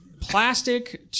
plastic